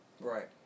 Right